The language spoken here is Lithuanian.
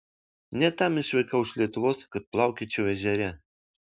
ne tam išvykau iš lietuvos kad plaukiočiau ežere